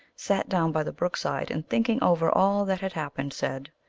sat down by the brook-side, and thinking over all that had happened, said,